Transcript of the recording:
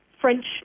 French